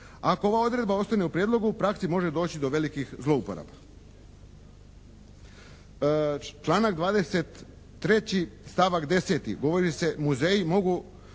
Ako ova odredba ostane u prijedlogu u praksi može doći do velikih zlouporaba. Članak 23., stavak 10. Govori se: Muzeji mogu